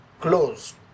close